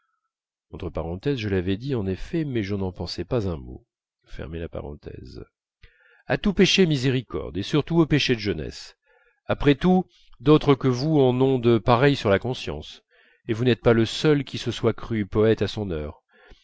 à tout péché miséricorde et surtout aux péchés de jeunesse après tout d'autres que vous en ont de pareils sur la conscience et vous n'êtes pas le seul qui se soit cru poète à son heure